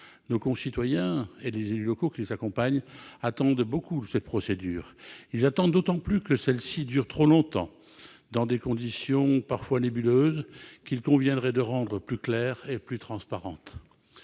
Nos concitoyens et les élus locaux qui les accompagnent attendent beaucoup de cette procédure. Ils attendent d'autant plus qu'elle dure depuis trop longtemps et qu'elle est fondée sur des critères parfois nébuleux, qu'il conviendrait de rendre plus clairs et plus transparents.